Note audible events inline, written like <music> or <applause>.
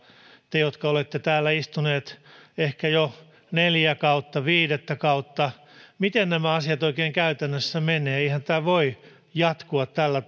te jotka olette täällä istuneet ehkä jo neljä kautta viidettä kautta miten nämä asiat oikein käytännössä menevät eihän tämä voi jatkua tällä <unintelligible>